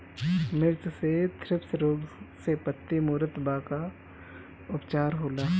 मिर्च मे थ्रिप्स रोग से पत्ती मूरत बा का उपचार होला?